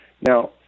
Now